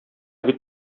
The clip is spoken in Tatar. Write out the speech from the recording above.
бит